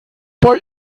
bei